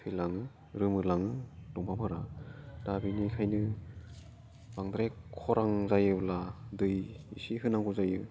थैलाङो गोमोरलाङो दंफांफोरा दा बेनिखायनो बांद्राय खरां जायोब्ला दै इसे होनांगौ जायो